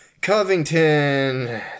Covington